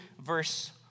verse